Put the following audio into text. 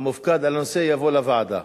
המופקד על הנושא, יבוא לוועדה.